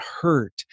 hurt